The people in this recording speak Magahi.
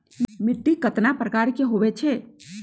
मिट्टी कतना प्रकार के होवैछे?